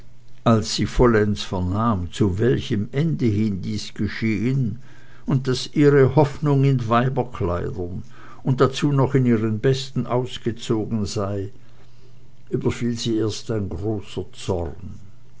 als sie vollends vernahm zu welchem ende hin dies geschehen und daß ihre hoffnung in weiberkleidern und dazu noch in ihren besten ausgezogen sei überfiel sie erst ein großer zorn